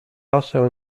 also